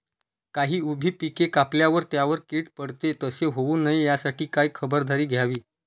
काही उभी पिके कापल्यावर त्यावर कीड पडते, तसे होऊ नये यासाठी काय खबरदारी घ्यावी?